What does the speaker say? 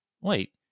wait